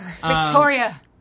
Victoria